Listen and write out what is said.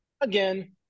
again